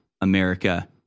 America